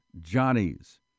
Johnny's